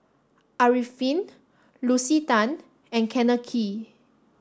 Arifin Lucy Tan and Kenneth Kee